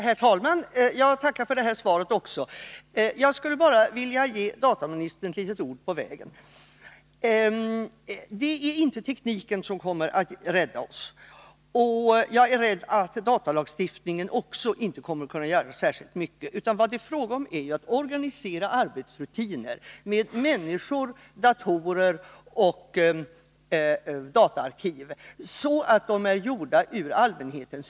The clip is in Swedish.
Herr talman! Jag tackar även för detta svar. Jag skulle bara vilja ge dataministern några ord på vägen. Det är inte tekniken som kommer att rädda oss, och jag är rädd att inte heller datalagstiftningen kommer att kunna göra särskilt mycket. Det är fråga om att ordna arbetsrutiner, med människor, datorer och dataarkiv, med hänsyn tagen till allmänheten.